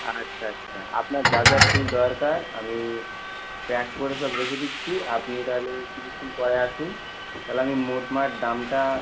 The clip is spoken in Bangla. আচ্ছা আচ্ছা আপনার যা যা ফুল দরকার আমি প্যাক করে সব রেখে দিচ্ছি আপনি তাহলে কিছুক্ষণ পরে আসুন তাহলে আমি মোটমাট দামটা